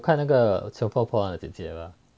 你有看那个小破破的姐姐了吗